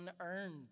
unearned